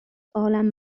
عالم